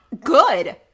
good